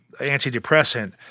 antidepressant